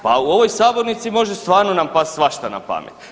Pa u ovoj sabornici može stvarno nam pasti svašta na pamet.